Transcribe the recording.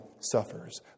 suffers